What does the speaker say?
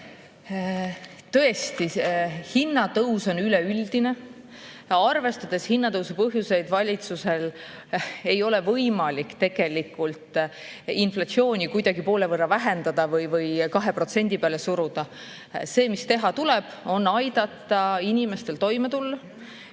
Tõesti, hinnatõus on üleüldine. Arvestades hinnatõusu põhjuseid, valitsusel ei ole võimalik tegelikult inflatsiooni kuidagi poole võrra vähendada või 2% peale suruda. See, mis teha tuleb, on aidata inimestel toime tulla.